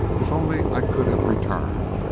if only i could have returned.